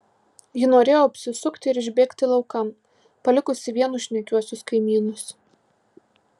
ji norėjo apsisukti ir išbėgti laukan palikusi vienus šnekiuosius kaimynus